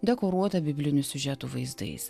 dekoruota biblinių siužetų vaizdais